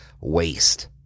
waste